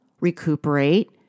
recuperate